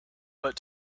but